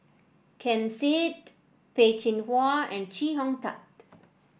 Ken Seet Peh Chin Hua and Chee Hong Tat